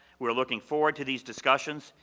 we're looking forward to these discussions,